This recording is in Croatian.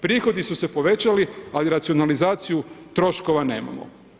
Prihodi su se povećali ali racionalizaciju troškova nemamo.